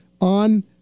on